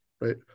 right